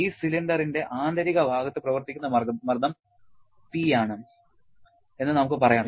ഈ സിലിണ്ടറിന്റെ ആന്തരിക ഭാഗത്ത് പ്രവർത്തിക്കുന്ന മർദ്ദം P ആണ് എന്ന് നമുക്ക് പറയാം